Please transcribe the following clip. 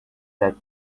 that